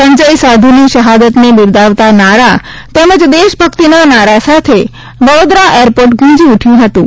સંજય સાધુની શહાદતને બિરદાવતા નારા તેમજ દેશભક્તિના નારા સાથે વડોદરા એરપોર્ટ ગુંજી ઉઠ્યું હતું